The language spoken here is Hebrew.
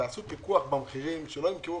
תעשו פיקוח על המחירים, שלא ימכרו